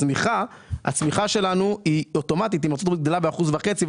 הצמיחה שלנו היא אוטומטית גדלה באחוז וחצי.